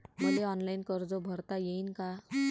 मले ऑनलाईन कर्ज भरता येईन का?